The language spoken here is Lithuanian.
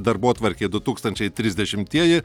darbotvarkė du tūktančiai trisdešimtieji